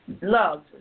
love